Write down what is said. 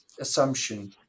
assumption